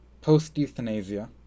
post-euthanasia